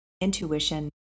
intuition